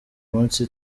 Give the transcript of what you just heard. munsi